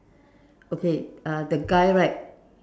okay uh the guy right